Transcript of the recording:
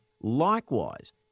Likewise